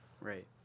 Right